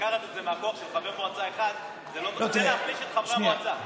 לקחת את זה מהכוח של חבר מועצה אחד זה ניסיון להחליש את חברי המועצה.